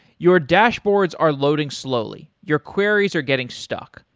your dashboards are loading slowly, your queries are getting stuck,